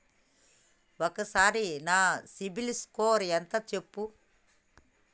ఒక్కసారి నా CIBIL score ఎంత చెప్పు?